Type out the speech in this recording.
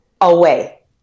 away